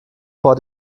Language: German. vor